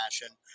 fashion